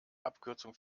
abkürzung